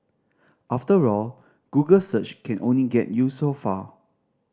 after all Google search can only get you so far